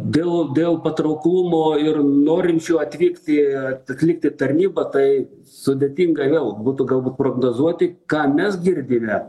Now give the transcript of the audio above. dėl dėl patrauklumo ir norinčių atvykti atlikti tarnybą tai sudėtinga vėl būtų galbūt prognozuoti ką mes girdime